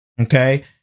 Okay